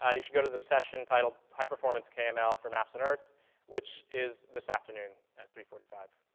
ah you should go to the session titled high performance kml for maps and earth which is this afternoon at three forty five.